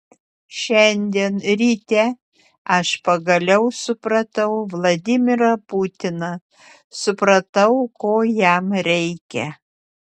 šiandien ryte aš pagaliau supratau vladimirą putiną supratau ko jam reikia